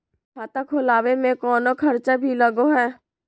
खाता खोलावे में कौनो खर्चा भी लगो है?